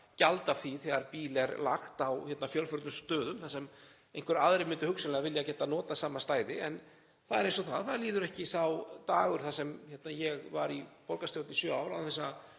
gjald af því þegar bíl er lagt á fjölförnum stöðum þar sem einhverjir aðrir myndu hugsanlega vilja geta notað sama stæði. En það er eins með það, það leið ekki sá dagur — ég var í borgarstjórn í sjö ár — án þess að